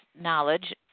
knowledge